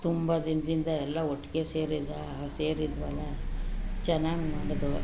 ತುಂಬ ದಿನದಿಂದ ಎಲ್ಲ ಒಟ್ಟಿಗೆ ಸೇರಿದ ಸೇರಿದ್ದೆವಲ್ಲ ಚೆನ್ನಾಗಿ ಮಾಡಿದ್ದೋ